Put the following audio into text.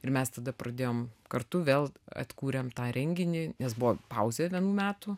ir mes tada pradėjom kartu vėl atkūrėm tą renginį nes buvo pauzė vienų metų